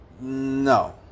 No